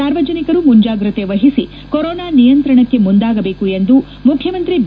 ಸಾರ್ವಜನಿಕರು ಮುಂಜಾಗ್ರತೆ ವಹಿಸಿ ಕೊರೋನಾ ನಿಯಂತ್ರಣಕ್ಕೆ ಮುಂದಾಗಜೇಕು ಎಂದು ಮುಖ್ಯಮಂತ್ರಿ ಬಿ